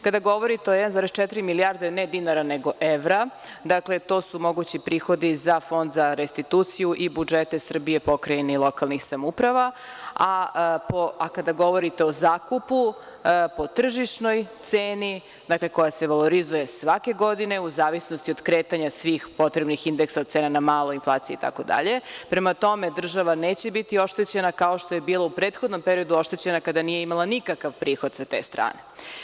Kada govorite o 1,4 milijarde ne dinara, nego evra, dakle, to su mogući prihodi za Fond za restituciju i budžete Srbije, pokrajine i lokalnih samouprava, a kada govorite o zakupu, po tržišnoj ceni, dakle, koja se valorizuje svake godine u zavisnosti od kretanja svih potrebnih indeksa, od cena na malo, inflacije itd, prema tome, država neće biti oštećena kao što je bila u prethodnom periodu oštećena, kada nije imala nikakav prihod sa te strane.